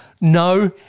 No